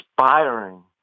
inspiring